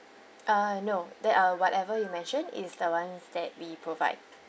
uh no that uh whatever you mentioned is the ones that we provide